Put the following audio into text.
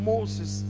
Moses